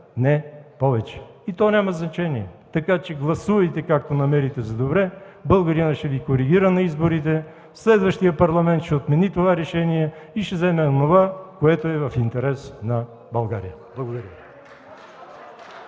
не повече, и то няма значение. Така че гласувайте както намерите за добре. Българинът ще Ви коригира на изборите. Следващият парламент ще отмени това решение и ще вземе онова, което е в интерес на България. Благодаря.